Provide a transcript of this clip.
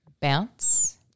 bounce